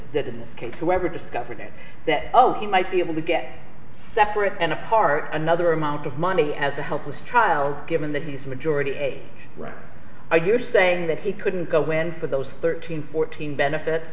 that in this case whoever discovered that oh he might be able to get separate and apart another amount of money as a helpless child given that he's majority eight right now you're saying that he couldn't go when with those thirteen fourteen benefits